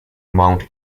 mount